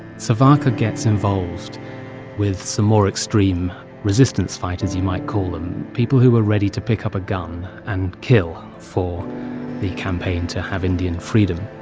savarkar gets involved with some more extreme resistance fighters, you might call them people who were ready to pick up a gun and kill for the campaign to have indian freedom.